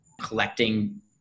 collecting